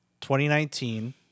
2019